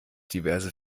diverse